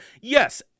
Yes